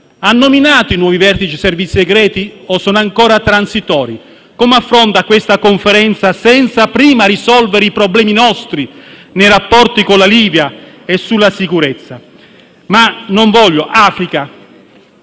Ha nominato i nuovi vertici dei servizi segreti o sono ancora transitori? Come affronta questa Conferenza senza prima risolvere i nostri problemi nei rapporti con la Libia e sulla sicurezza? Bene, le diamo